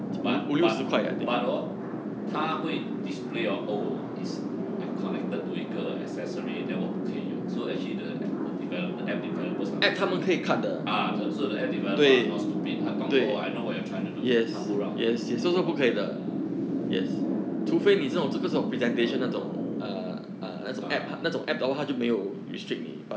but but but hor 他会 display orh oh is connected to 一个 accessory then 我不可以用 so actually the a~ the developer th~ app developer are ah so the app developer are not stupid 他懂 oh I know what you are trying to do 他不让我们他不让我们的 ah